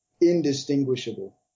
indistinguishable